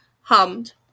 hummed